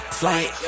flight